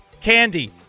candy